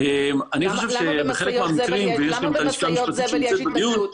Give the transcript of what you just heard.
למה במשאיות זבל יש התנגדות?